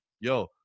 yo